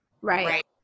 Right